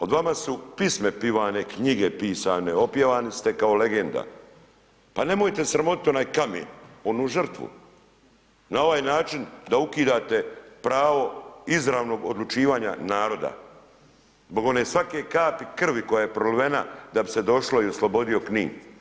O vama su pisme pjevane, knjige pisane, opjevani ste kao legenda, pa nemojte sramotiti onaj kamen, onu žrtvu, na ovaj način, da ukidate pravo izravnog odlučivanja naroda, zbog one svake kapi krvi koja je prolivena, da bi se došlo i oslobodio Knin.